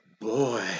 boy